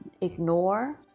ignore